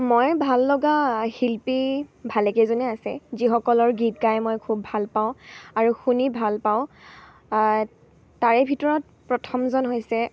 মই ভাল লগা শিল্পী ভালেকেইজনেই আছে যিসকলৰ গীত গাই মই খুব ভাল পাওঁ আৰু শুনি ভাল পাওঁ তাৰে ভিতৰত প্ৰথমজন হৈছে